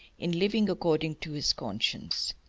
in living according to his conscience.